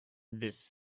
this